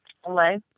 Hello